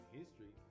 history